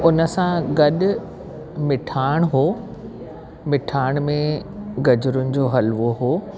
उन सां गॾु मिठाण हो मिठाण में गजरुनि जो हलुओ हो